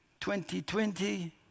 2020